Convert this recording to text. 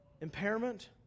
impairment